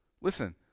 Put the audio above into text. Listen